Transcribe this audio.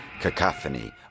cacophony